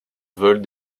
vols